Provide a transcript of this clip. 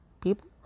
people